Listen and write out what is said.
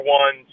one